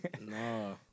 No